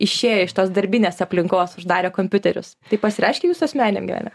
išėję iš tos darbinės aplinkos uždarę kompiuterius tai pasireiškia jūsų asmeniniam gyvenime